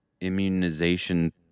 immunization